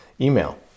email